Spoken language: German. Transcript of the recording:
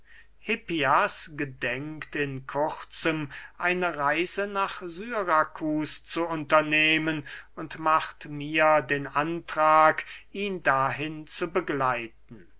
hippias gedenkt in kurzem eine reise nach syrakus zu unternehmen und macht mir den antrag ihn dahin zu begleiten